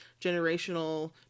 generational